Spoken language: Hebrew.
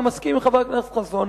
אני מסכים עם חבר הכנסת חסון,